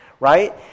right